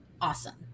awesome